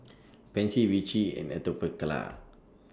Pansy Vichy and Atopiclair